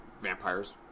vampires